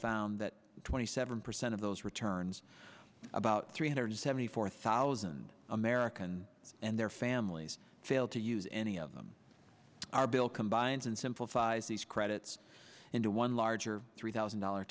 found that twenty seven percent of those returns about three hundred seventy four thousand american and their families failed to use any of them are built combines and simplifies these credits into one larger three thousand dollar